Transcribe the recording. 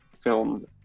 filmed